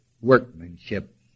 workmanship